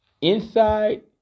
inside